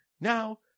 Now